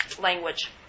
language